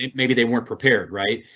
maybe they weren't prepared right?